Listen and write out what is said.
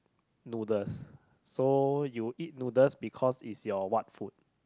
noodles so you eat noodles because it's your what food